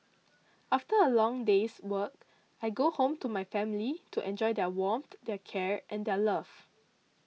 after a long day's work I go home to my family to enjoy their warmth their care and their love